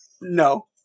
No